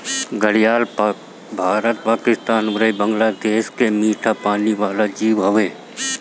घड़ियाल भारत, पाकिस्तान अउरी बांग्लादेश के मीठा पानी वाला जीव हवे